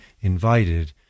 invited